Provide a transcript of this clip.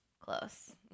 close